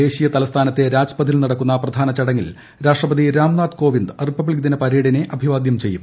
ദേശീയ തലസ്ഥാനത്തെ രാജ്പഥിൽ നടക്കുന്ന പ്രധാന ചടങ്ങിൽ രാഷ്ട്രപതി രാംനാഥ് കോവിന്ദ് റിപ്പബ്ലിക് ദിന പരേഡിനെ അഭിവാദ്യം ചെയ്യും